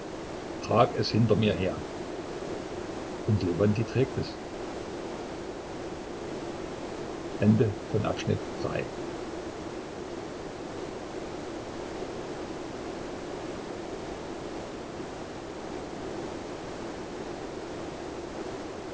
trag es hinter mir her und lewontij trägt es